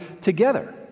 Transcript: together